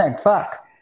fuck